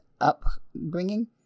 upbringing